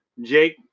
Jake